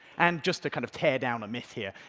and, just to kind of tear down a myth here,